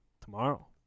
tomorrow